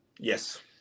Yes